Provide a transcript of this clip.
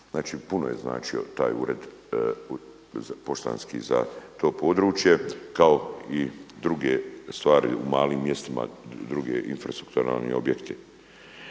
znači puno je značio taj poštanski ured za to područje kao i druge stvari u malim mjestima, drugi infrastrukturalni objekti.